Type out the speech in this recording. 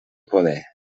poder